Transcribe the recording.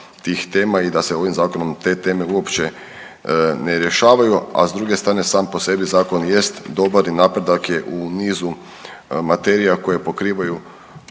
tih tema i da se ovim zakonom te teme uopće ne rješavaju a s druge strane sam po sebi zakon jest dobar i napredak je u nizu materija koje pokrivaju